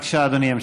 בבקשה, אדוני ימשיך.